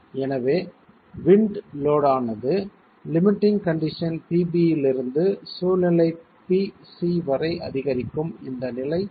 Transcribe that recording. எனவே wind load ஆனது limiting condition pb இலிருந்து சூழ்நிலை pc வரை அதிகரிக்கும் இந்த நிலை c ஆகும்